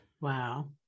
wow